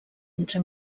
entre